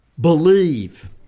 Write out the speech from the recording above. believe